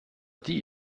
die